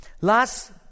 Last